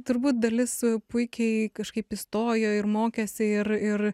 turbūt dalis puikiai kažkaip įstojo ir mokėsi ir ir